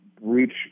reach